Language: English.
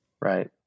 Right